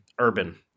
urban